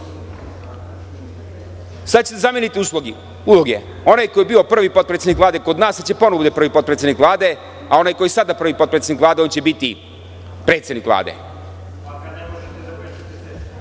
sada ćete zameniti uloge, onaj ko je bio prvi potpredsednik Vlade kod nas sada će ponovo da bude prvi potpredsednik Vlade, a onaj koji je sada prvi potpredsednik Vlade on će biti predsednik Vlade.